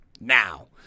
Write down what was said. now